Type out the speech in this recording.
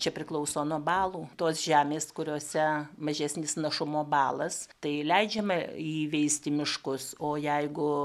čia priklauso nuo balų tos žemės kuriose mažesnis našumo balas tai leidžiame įveisti miškus o jeigu